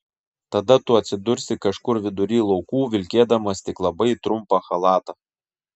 tada tu atsidursi kažkur vidury laukų vilkėdamas tik labai trumpą chalatą